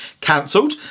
cancelled